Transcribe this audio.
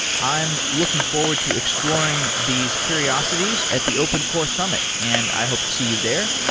i am looking forward to exploring these curiosities at the open core summit, and i hope to see you there.